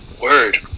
Word